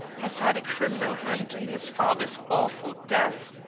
has had a criminal hand in his father's awful death?